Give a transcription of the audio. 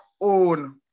own